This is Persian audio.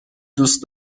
دوست